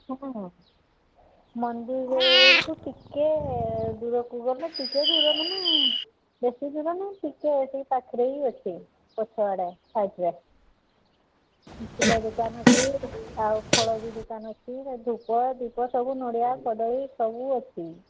ହଁ ମନ୍ଦିରଠୁ ଟିକେ ଦୂରକୁ ଗଲେ ଟିକେ ଦୂର ମାନେ ବେଶୀ ଦୂର ନୁହେଁ ସେଇ ପାଖରେ ହିଁ ଅଛି ପଛଆଡ଼େ ସାଇଡ୍ରେ ଫୁଲ ଦୋକାନ ଅଛି ଆଉ ଫଳ ବି ଦୋକାନ ଅଛି ଧୂପ ଦୀପ ସବୁ ନଡ଼ିଆ କଦଳୀ ସବୁ ଅଛି